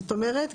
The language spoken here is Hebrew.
זאת אומרת,